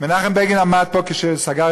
מנחם בגין עמד על הבמה הזאת.